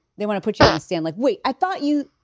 they want to put you on the stand. like wait, i thought you.